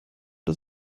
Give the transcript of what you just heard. das